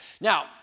Now